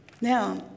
Now